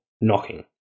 knocking